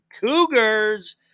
Cougars